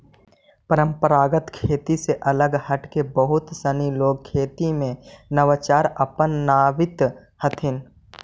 परम्परागत खेती से अलग हटके बहुत सनी लोग खेती में नवाचार अपनावित हथिन